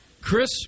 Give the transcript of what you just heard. Chris